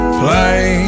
play